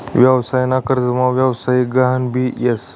व्यवसाय ना कर्जमा व्यवसायिक गहान भी येस